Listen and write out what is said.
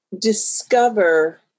discover